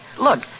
Look